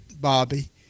Bobby